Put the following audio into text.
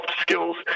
skills